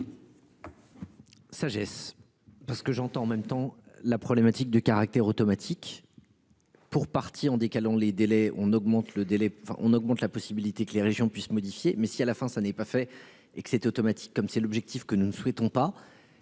Sagesse parce que j'entends en même temps la problématique de caractère automatique. Pour partie en décalant les délais, on augmente le délai enfin on augmente la possibilité que les régions puissent modifier mais si à la fin, ça n'est pas fait et que c'était automatique comme c'est l'objectif que nous ne souhaitons pas.